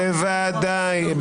בוודאי.